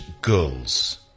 Girls